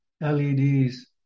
LEDs